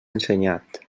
ensenyat